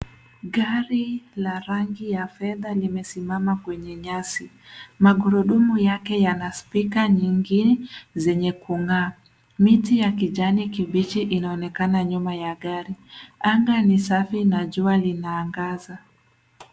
Gari la rangi ya fedha limesimama kwenye nyasi. Magurudumu yake yana sticker nyingi zenye kung'aa. Miti ya kijani kibichi inaonekana nyuma ya gari. Anga ni safi na jua linaangaza.